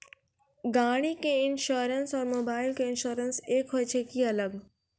गाड़ी के इंश्योरेंस और मोबाइल के इंश्योरेंस एक होय छै कि अलग?